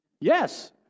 Yes